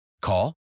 Call